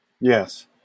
Yes